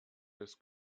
des